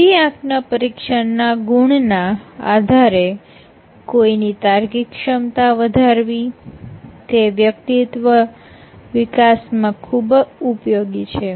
બુદ્ધિ આંક ના પરીક્ષણ ના ગુણ ના આધારે કોઈની તાર્કિક ક્ષમતા વધારવી તે વ્યક્તિત્વ વિકાસમાં ખૂબ ઉપયોગી છે